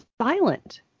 silent